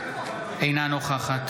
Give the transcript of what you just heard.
אינה נוכחת